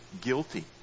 guilty